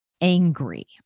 angry